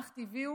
אך טבעי הוא